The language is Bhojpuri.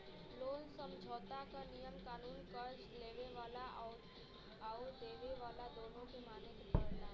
लोन समझौता क नियम कानून कर्ज़ लेवे वाला आउर देवे वाला दोनों के माने क पड़ला